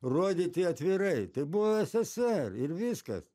rodyti atvirai tai buvo ssr ir viskas